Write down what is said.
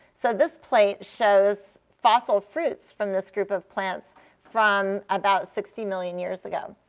so this plate shows fossil fruits from this group of plants from about sixty million years ago.